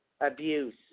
abuse